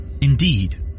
Indeed